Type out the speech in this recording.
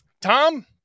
Tom